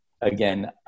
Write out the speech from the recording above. again